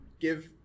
give